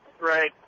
Right